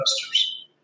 investors